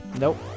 Nope